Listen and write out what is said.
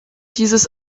dieses